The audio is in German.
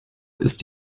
ist